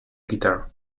guitar